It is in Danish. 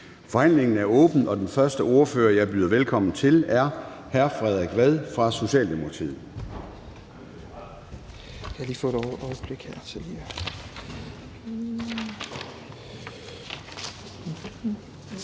Forhandlingen er åbnet, og den første ordfører, jeg byder velkommen til, er hr. Frederik Vad fra Socialdemokratiet.